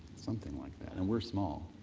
something like that, and we're small.